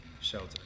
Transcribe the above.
shelter